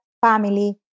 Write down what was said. family